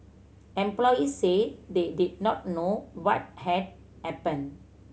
employees said they did not know what had happened